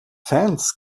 fans